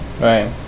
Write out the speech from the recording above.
right